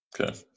Okay